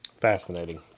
Fascinating